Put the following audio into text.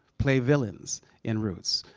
play villains in roots.